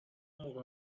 موقع